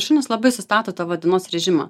šunys labai sustato tavo dienos režimą